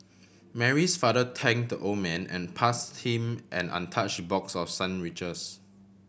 Mary's father thank the old man and pass him an untouch box of sandwiches